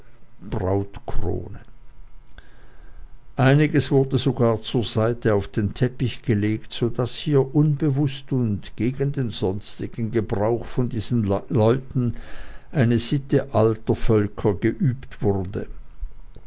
brautkrone einiges wurde sogar ihr zur seite auf den teppich gelegt so daß hier unbewußt und gegen den sonstigen gebrauch von diesen einfachen leuten eine sitte alter völker geübt wurde